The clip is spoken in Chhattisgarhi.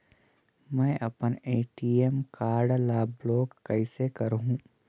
मै अपन ए.टी.एम कारड ल ब्लाक कइसे करहूं?